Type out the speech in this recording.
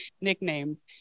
nicknames